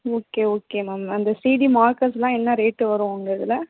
okay okay ma'am அந்த CD markers எல்லாம் என்ன ரேட்டு வரும் உங்கள் இதில்